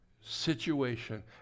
Situation